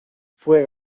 fue